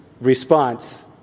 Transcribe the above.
response